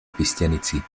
christianity